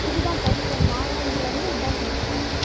இது தான் first time வாங்குனதுலேருந்து இதான்ங்க ஃபஸ்ட் டைம்